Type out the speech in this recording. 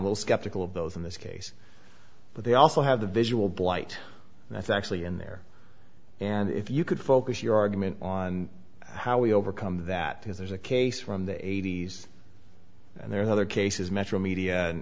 a little skeptical of those in this case but they also have the visual blight and i thankfully in there and if you could focus your argument on how we overcome that because there's a case from the eighty's and there are other cases metromedia and